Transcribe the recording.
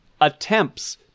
attempts